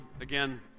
again